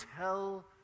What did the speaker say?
tell